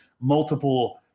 multiple